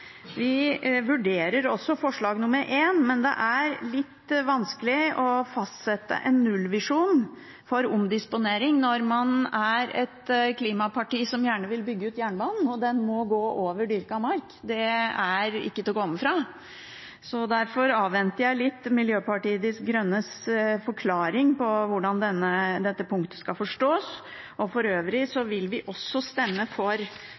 Vi vurderer også forslag nr. 1, men det er litt vanskelig å fastsette en nullvisjon for omdisponering når man er et klimaparti som gjerne vil bygge ut jernbanen, og den må gå over dyrket mark, det er ikke til å komme fra. Derfor avventer jeg litt Miljøpartiet De Grønnes forklaring på hvordan dette punktet skal forstås. For øvrig vil vi også stemme for